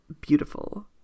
beautiful